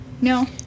No